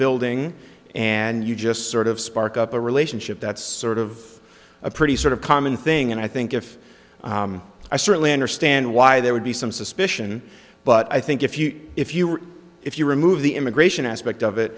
building and you just sort of spark up a relationship that's sort of a pretty sort of common thing and i think if i certainly understand why there would be some suspicion but i think if you if you're if you remove the immigration aspect of it